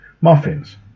Muffins